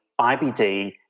IBD